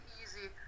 easy